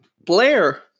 blair